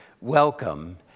welcome